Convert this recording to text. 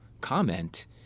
comment